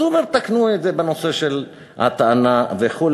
אז הוא אומר: תקנו את זה בנושא של הטענה וכו'.